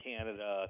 Canada